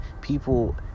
People